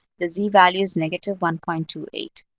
the z-value is negative one point two eight.